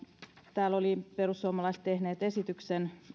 täällä olivat perussuomalaiset tehneet esityksen